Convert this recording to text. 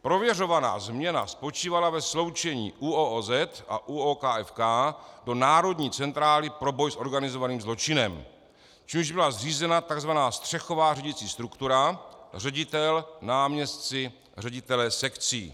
Prověřovaná změna spočívala ve sloučení ÚOOZ a ÚOKFK do Národní centrály pro boj s organizovaným zločinem, čímž byla zřízena takzvaná střechová řídicí struktura: ředitel náměstci ředitelé sekcí.